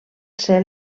ser